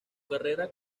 carrera